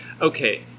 okay